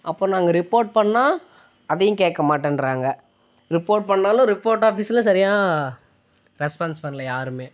அப்போ நாங்கள் ரிப்போர்ட் பண்ணிணா அதையும் கேட்க மாட்டேன்றாங்க ரிப்போர்ட் பண்ணிணாலும் ரிப்போர்ட் ஆஃபீஸ்ல சரியாக ரெஸ்பான்ஸ் பண்ணல யாருமே